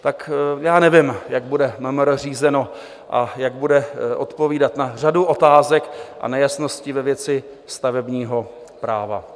Tak já nevím, jak bude MMR řízeno a jak bude odpovídat na řadu otázek a nejasností ve věci stavebního práva.